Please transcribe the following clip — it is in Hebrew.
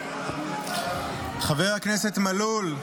חבר הכנסת מלול,